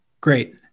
great